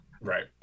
right